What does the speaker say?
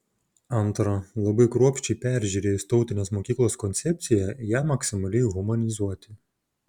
antra labai kruopščiai peržiūrėjus tautinės mokyklos koncepciją ją maksimaliai humanizuoti